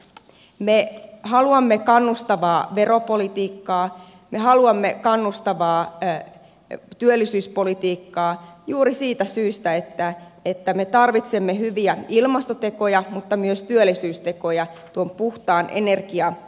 me haluamme kannustavaa veropolitiikkaa me haluamme kannustavaa työllisyyspolitiikkaa juuri siitä syystä että me tarvitsemme hyviä ilmastotekoja mutta myös työllisyystekoja tuon puhtaan energiamuodon ympärille